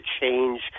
change